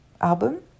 album